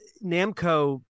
Namco